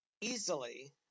easily